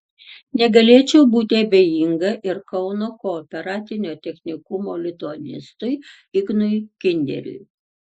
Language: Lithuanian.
negalėčiau būti abejinga ir kauno kooperatinio technikumo lituanistui ignui kinderiui